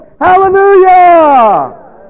Hallelujah